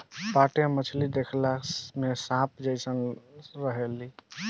पाटया मछली देखला में सांप जेइसन रहेली सन